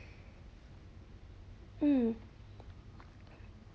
mm